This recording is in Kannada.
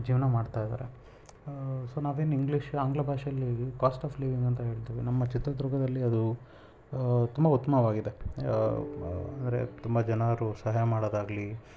ಜೀವನ ಮಾಡ್ತಾ ಇದ್ದಾರೆ ಸೊ ನಾವೇನು ಇಂಗ್ಲೀಷ್ ಆಂಗ್ಲ ಭಾಷೆಯಲ್ಲಿ ಕಾಸ್ಟ್ ಆಫ್ ಲಿವಿಂಗ್ ಅಂತ ಹೇಳ್ತೀವಿ ನಮ್ಮ ಚಿತ್ರದುರ್ಗದಲ್ಲಿ ಅದು ತುಂಬ ಉತ್ತಮವಾಗಿದೆ ಅಂದ್ರೆ ತುಂಬ ಜನರು ಸಹಾಯ ಮಾಡೋದಾಗಲಿ